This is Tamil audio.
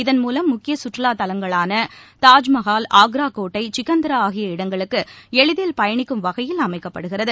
இதன்மூலம் முக்கிய கற்றுலா தலங்களான தாஜ்மகால் ஆக்ரா கோட்டை சிக்கந்தரா ஆகிய இடங்களுக்கு எளிதில் பயணிக்கும் வகையில் அமைக்கப்படுகிறது